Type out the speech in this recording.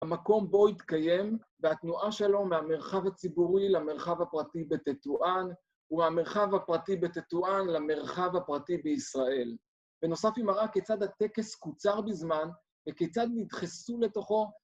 המקום בו התקיים, והתנועה שלו מהמרחב הציבורי למרחב הפרטי בטטואן, ומהמרחב הפרטי בטטואן למרחב הפרטי בישראל. בנוסף היא מראה כיצד הטקס קוצר בזמן, וכיצד נדחסו לתוכו...